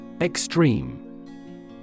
Extreme